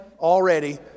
already